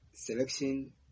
Selection